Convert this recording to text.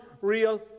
real